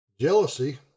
Jealousy